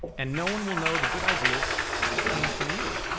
and no one will know the good ideas came from you.